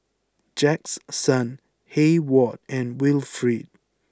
Jaxson Heyward and Wilfrid